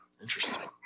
Interesting